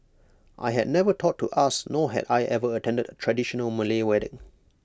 I had never thought to ask nor had I ever attended A traditional Malay wedding